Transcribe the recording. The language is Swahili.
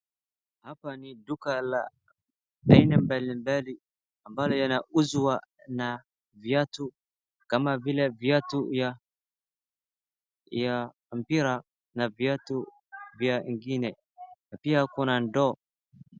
Hapa ni duka la aina mbalimbali ambalo yanauzwa na viatu kama vile viatu ya mpira na viatu vya ingine. Pia kuna ndoo.